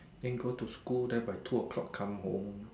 they go to school then by two o-clock come home